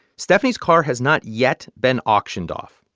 stephanie's car has not yet been auctioned off.